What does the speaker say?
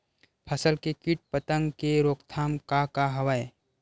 फसल के कीट पतंग के रोकथाम का का हवय?